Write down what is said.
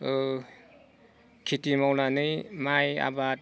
खिथि मावनानै माइ आबाद